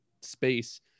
space